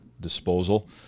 disposal